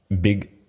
big